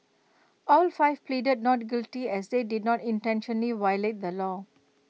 all five pleaded not guilty as they did not intentionally violate the law